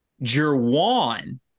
Jerwan